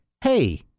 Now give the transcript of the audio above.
Hey